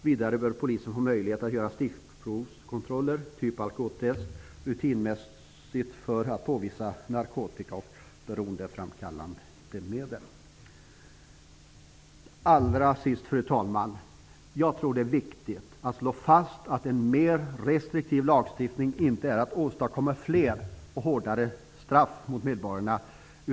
Vidare bör polisen få möjlighet att rutinmässigt göra stickprovskontroller, typ alkotest, för att påvisa narkotika och beroendeframkallande medel. Allra sist, fru talman, tror jag att det är viktigt att slå fast att avsikten med en mer restriktiv lagstiftning inte är att åstadkomma fler och hårdare straff mot medborgarna.